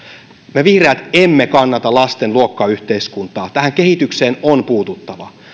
me vihreät emme kannata lasten luokkayhteiskuntaa tähän kehitykseen on puututtava